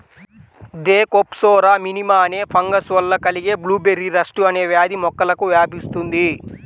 Thekopsora minima అనే fungus వల్ల కలిగే బ్లూబెర్రీ రస్ట్ అనే వ్యాధి మొక్కలకు వ్యాపిస్తుంది